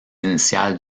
initiales